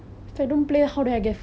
you got first place ah